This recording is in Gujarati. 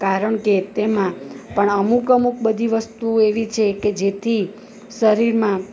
કારણ કે તેમાં પણ અમુક અમુક બધી વસ્તુઓ એવી છે કે જેથી શરીરમાં